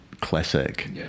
classic